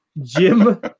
Jim